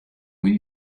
were